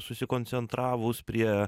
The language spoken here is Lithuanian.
susikoncentravus prie